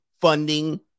funding